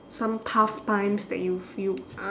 some tough times that you feel uh